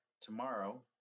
tomorrow